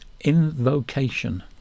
invocation